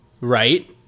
right